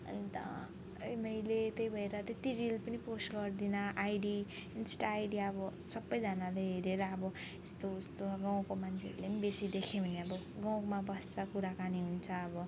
अन्त है मैले त्यही भएर त्यति रिल पनि पोस्ट गर्दिनँ आइडी इन्स्टा आइडी अब सबैजनाले हेरेर अब यस्तो उस्तो गाउँको मान्छेहरूले पनि बेसी देख्यो भने अब गाउँमा बस्छ कुराकानी हुन्छ अब